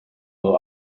will